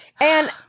And-